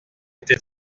été